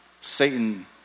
Satan